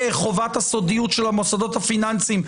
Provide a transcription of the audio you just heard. בחובת הסודיות של המוסדות הפיננסיים,